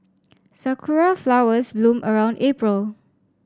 sakura flowers bloom around April